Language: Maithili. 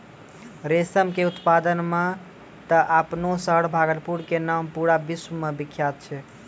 रेशम के उत्पादन मॅ त आपनो शहर भागलपुर के नाम पूरा विश्व मॅ विख्यात छै